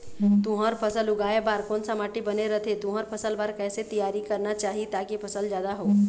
तुंहर फसल उगाए बार कोन सा माटी बने रथे तुंहर फसल बार कैसे तियारी करना चाही ताकि फसल जादा हो?